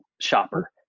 shopper